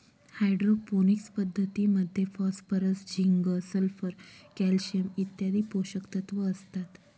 hydroponics पद्धतीमध्ये phosphorus, zinc, sulphur, calcium इत्यादी पोषकतत्व असतात